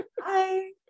Bye